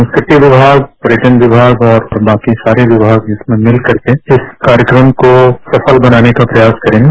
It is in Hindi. संस्कृति विभाग पर्यटन विभाग और बाकी सारे विभाग इसमें मिलकर के इस कार्यक्रम को सफल बनाने का प्रयास करेंगे